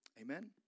Amen